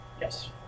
Yes